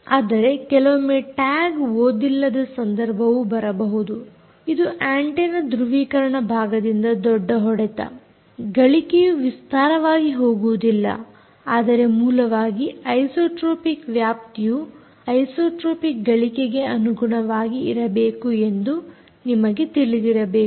ಆದರೆ ಕೆಲವೊಮ್ಮೆ ಟ್ಯಾಗ್ ಓದಿಲ್ಲದ ಸಂದರ್ಭವು ಬರಬಹುದು ಇದು ಆಂಟೆನ್ನ ಧೃವೀಕರಣ ಭಾಗದಿಂದ ದೊಡ್ಡ ಹೊಡೆತ ಗಳಿಕೆಯು ವಿಸ್ತಾರವಾಗಿ ಹೋಗುವುದಿಲ್ಲ ಆದರೆ ಮೂಲವಾಗಿ ಐಸೋಟ್ರೋಪಿಕ್ ವ್ಯಾಪ್ತಿಯು ಐಸೋಟ್ರೋಪಿಕ್ ಗಳಿಕೆಗೆ ಅನುಗುಣವಾಗಿ ಇರಬೇಕು ಎಂದು ನಿಮಗೆ ತಿಳಿದಿರಬೇಕು